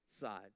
side